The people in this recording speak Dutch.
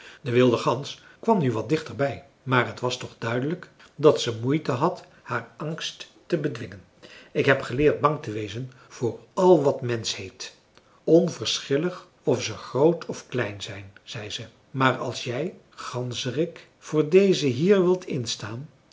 de wilde gans kwam nu wat dichter bij maar het was toch duidelijk dat ze moeite had haar angst te bedwingen ik heb geleerd bang te wezen voor al wat mensch heet onverschillig of ze groot of klein zijn zei ze maar als jij ganzerik voor deze hier wilt instaan